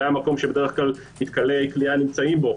המקום שבדרך כלל מתקני הכליאה נמצאים בו,